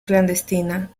clandestina